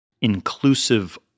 inclusive